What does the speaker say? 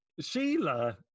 Sheila